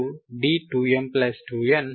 mn